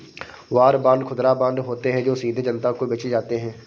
war bond खुदरा bond होते हैं जो सीधे जनता को बेचे जाते हैं